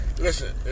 Listen